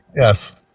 Yes